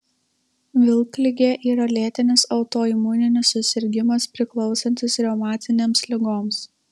vilkligė yra lėtinis autoimuninis susirgimas priklausantis reumatinėms ligoms